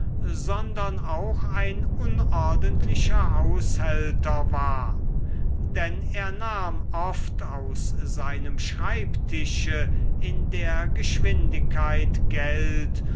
sondern auch ein unordentlicher haushälter war denn er nahm oft aus seinem schreibtische in der geschwindigkeit geld